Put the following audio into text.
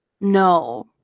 No